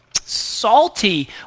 salty